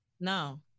No